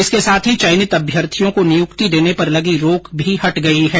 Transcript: इसके साथ ही चयनित अभ्यर्थियों को नियुक्ति देने पर लगी रोक भी हट गई है